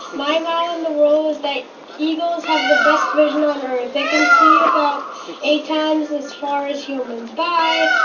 my wow in the world is that eagles have the best vision on earth. they can see about eight times as far as humans. bye